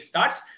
Starts